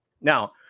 Now